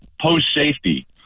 post-safety